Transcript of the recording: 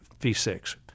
V6